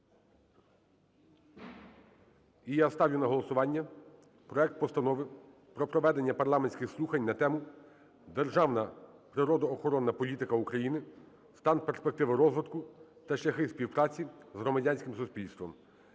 І я ставлю на голосування проект Постанови про проведення парламентських слухань на тему: "Державна природоохоронна політика України: стан, перспективи розвитку та шляхи співпраці з громадянським суспільством",